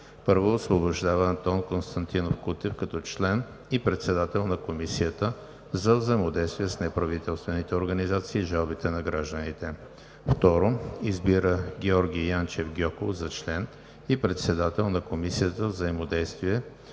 1. Освобождава Антон Константинов Кутев като член и председател на Комисията за взаимодействие с неправителствените организации и жалбите на гражданите. 2. Избира Георги Янчев Гьоков за член и председател на Комисията за взаимодействие